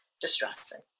distressing